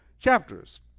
chapters